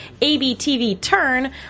ABTVTurn